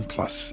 Plus